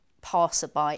passerby